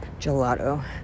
gelato